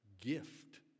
gift